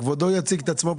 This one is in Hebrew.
כבודו יציג את עצמו.